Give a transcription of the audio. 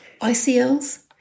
ICLs